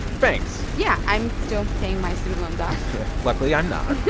banks yeah. i'm still paying my student loans off luckily, i'm not.